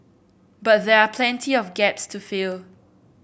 but there are plenty of gaps to fill